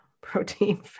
protein